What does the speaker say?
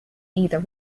either